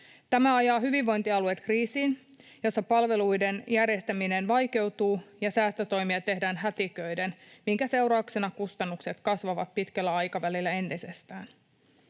Tämä ajaa hyvinvointialueet kriisiin, jossa palveluiden järjestäminen vaikeutuu ja säästötoimia tehdään hätiköiden, minkä seurauksena kustannukset kasvavat pitkällä aikavälillä entisestään.